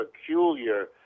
peculiar